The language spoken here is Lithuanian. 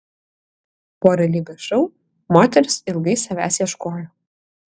po realybės šou moteris ilgai savęs ieškojo